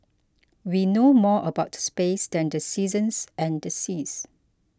we know more about space than the seasons and the seas